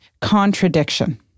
contradiction